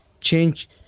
change